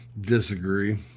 Disagree